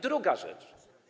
Druga rzecz.